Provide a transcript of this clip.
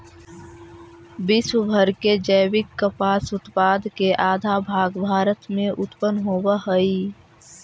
विश्व भर के जैविक कपास उत्पाद के आधा भाग भारत में उत्पन होवऽ हई